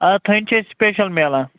آ تھٔنۍ چھِ أسۍ سُپیشل میلان